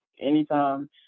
Anytime